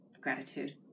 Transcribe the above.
gratitude